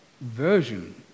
version